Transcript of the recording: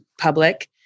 public